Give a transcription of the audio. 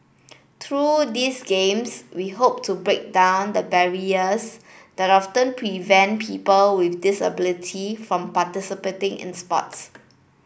through these games we hope to break down the barriers that often prevent people with disability from participating in sports